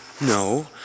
No